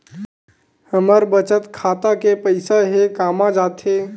हमर बचत खाता के पईसा हे कामा जाथे?